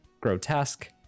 grotesque